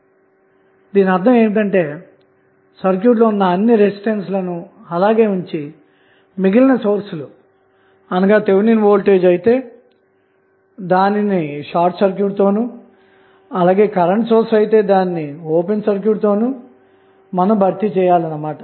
కాబట్టి దీనర్ధం ఏమిటంటే సర్క్యూట్ లో ఉన్న అన్ని రెసిస్టెన్స్ లను అలాగే ఉంచి మిగిలిన సోర్స్ లు అనగా థెవినిన్వోల్టేజ్ అయితే దానిని షార్ట్ సర్క్యూట్తోను అలాగే కరెంటు సోర్స్ అయితే దానిని ఓపెన్ సర్క్యూట్ తో భర్తీ చేయాలన్నమాట